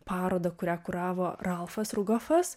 parodą kurią kuravo ralfas rugofas